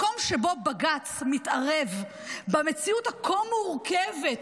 מקום שבו בג"ץ מתערב במציאות הכה מורכבת,